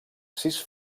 sis